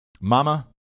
Mama